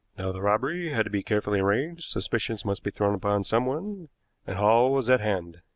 now the robbery had to be carefully arranged, suspicion must be thrown upon someone, and hall was at hand.